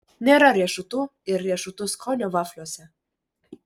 nėra riešutų ir riešutų skonio vafliuose